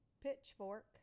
pitchfork